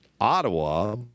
ottawa